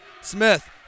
Smith